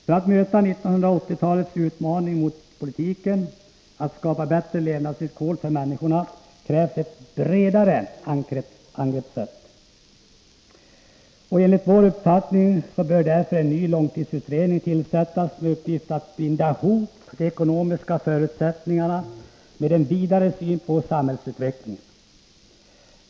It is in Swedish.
För att möta 1980-talets utmaning mot politiken, att skapa bättre levnadsvillkor för människorna, krävs ett bredare angreppssätt. Enligt vår uppfattning bör därför en ny långtidsutredning tillsättas med uppgift att binda ihop de ekonomiska förutsättningarna med en vidare syn på samhällsutvecklingen.